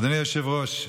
אדוני היושב-ראש,